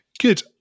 Good